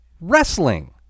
wrestling